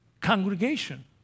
congregation